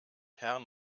herrn